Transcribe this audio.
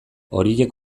horiek